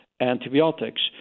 antibiotics